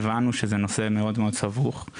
הבנו שזה נושא מאוד מאוד סבוך,